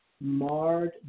marred